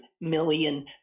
million